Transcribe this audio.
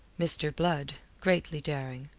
mr. blood, greatly daring,